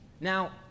Now